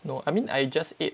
no I mean I just ate